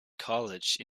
college